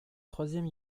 troisième